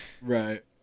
Right